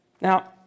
Now